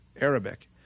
Arabic